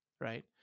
right